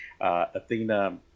Athena